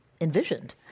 envisioned